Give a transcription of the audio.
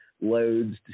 loads